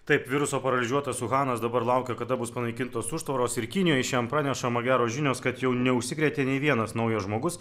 taip viruso paralyžiuotas uhanas dabar laukia kada bus panaikintos užtvaros ir kinijoj šiandien pranešama geros žinios kad jau neužsikrėtė nei vienas naujas žmogus